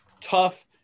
tough